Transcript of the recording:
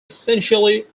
essentially